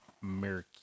Mercury